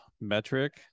metric